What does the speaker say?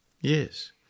Yes